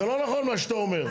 זה לא נכון מה שאתה אומר.